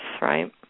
right